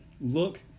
look